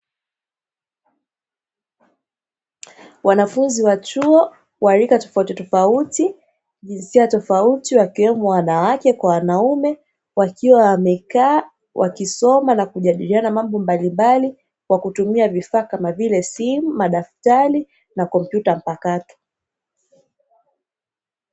Wanafunzi wa chuo wa rika tofautitofauti jinsia tofauti wakiwemo wanawake kwa wanaume wakiwa wamekaa wakisoma na kujadiliana mambo mbalimbali, kwa kutumia vifaa kama vile simu, madaftari na kompyuta mpakato.